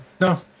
No